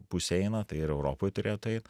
pusę eina tai ir europoj turėtų eit